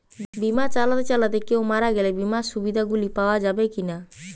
বিমা চালাতে চালাতে কেও মারা গেলে বিমার সুবিধা গুলি পাওয়া যাবে কি না?